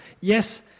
Yes